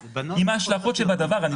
אלא לפעול באמצעות שותפות רשומה או לא